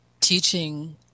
teaching